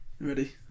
Ready